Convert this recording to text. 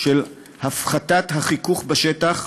של הפחתת החיכוך בשטח,